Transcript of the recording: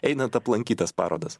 einant aplankyt tas parodas